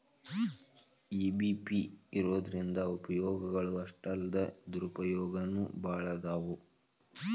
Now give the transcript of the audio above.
EBP ಇರೊದ್ರಿಂದಾ ಉಪಯೊಗಗಳು ಅಷ್ಟಾಲ್ದ ದುರುಪಯೊಗನೂ ಭಾಳದಾವ್